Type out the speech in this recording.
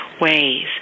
ways